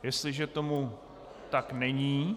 Jestliže tomu tak není...